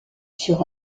sur